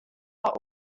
are